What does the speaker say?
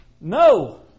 no